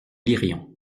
lirions